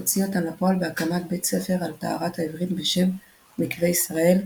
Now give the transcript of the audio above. הוציא אותן לפועל בהקמת בית ספר על טהרת העברית בשם "מקוה ישראל"